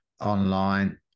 online